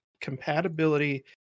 compatibility